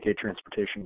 transportation